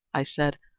i said,